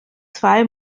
zwei